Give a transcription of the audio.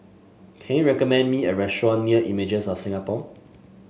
can you recommend me a restaurant near Images of Singapore